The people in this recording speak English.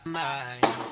mind